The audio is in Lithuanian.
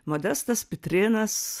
modestas pitrėnas